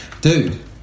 Dude